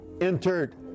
entered